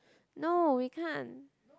no we can't